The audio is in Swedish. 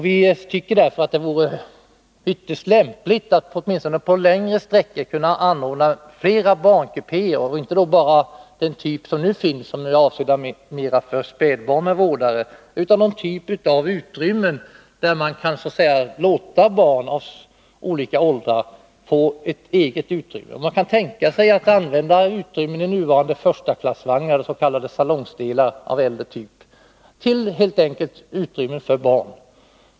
Vi tycker därför att det vore ytterst lämpligt att åtminstone på längre sträckor införa fler barnkupéer, inte bara av den typ som nu finns och som är avsedda mera för spädbarn och vårdare, utan någon typ av utrymme där man kan låta barn i olika åldrar få litet mera plats. Man kan tänka sig att utnyttja utrymmen i de nuvarande förstaklassvagnarna, t.ex. salongsdelar av äldre typ.